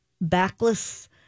backless